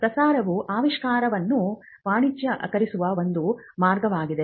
ಪ್ರಸಾರವು ಆವಿಷ್ಕಾರವನ್ನು ವಾಣಿಜ್ಯೀಕರಿಸುವ ಒಂದು ಮಾರ್ಗವಾಗಿದೆ